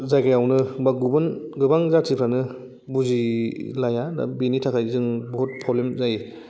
जायगायावनो बा गुबुन गोबां जाथिफ्रानो बुजिलाया बेनि थाखाय जों बुहुद प्रब्लेम जायो